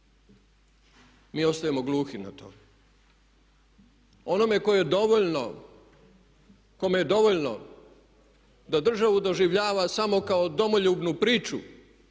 mi ostajemo gluhi na to. Onome kome je dovoljno da državu doživljava samo kao domoljubnu priču